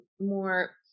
more